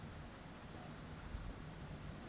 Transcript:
পাকিতিক রাবার হছে পলিমার গাহাচ থ্যাইকে পাউয়া যায়